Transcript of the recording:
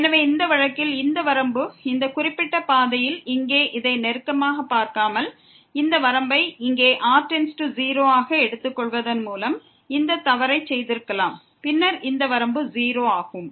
எனவே இந்த வழக்கில் இந்த வரம்பு இந்த குறிப்பிட்ட பாதையில் இங்கே இதை நெருக்கமாக பார்க்காமல் இந்த வரம்பை இங்கே r→0 ஆக எடுத்துக்கொள்வதன் மூலம் இந்த தவறை செய்திருக்கலாம் பின்னர் இந்த வரம்பு 0 ஆகும்